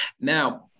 Now